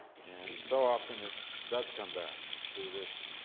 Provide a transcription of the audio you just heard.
and so often it does come back to this